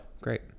great